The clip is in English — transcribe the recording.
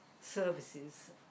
services